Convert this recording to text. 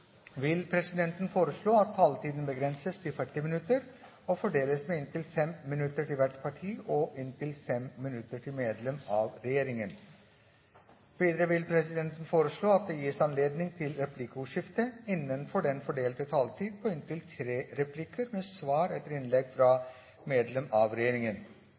vil presidenten foreslå at taletiden begrenses til 40 minutter og fordeles med inntil 5 minutter til hvert parti og inntil 5 minutter til medlem av regjeringen. Videre vil presidenten foreslå at det gis anledning til replikkordskifte innenfor den fordelte taletid på inntil tre replikker med svar etter innlegg fra medlem av regjeringen.